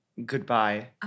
Goodbye